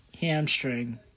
hamstring